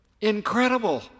Incredible